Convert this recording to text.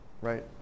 Right